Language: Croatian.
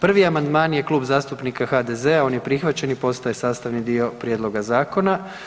Prvi amandman je Klub zastupnika HDZ-a, on je prihvaćen i postaje sastavni dio prijedloga zakona.